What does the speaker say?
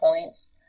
points